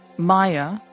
Maya